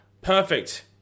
Perfect